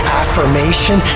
affirmation